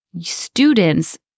students